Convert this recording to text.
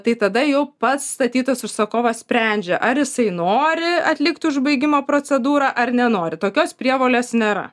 tai tada jau pastatytas užsakovas sprendžia ar jisai nori atlikti užbaigimo procedūrą ar nenori tokios prievolės nėra